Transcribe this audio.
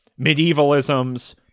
medievalisms